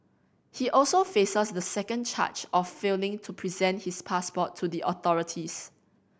he also faces a second charge of failing to present his passport to the authorities